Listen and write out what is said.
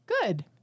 Good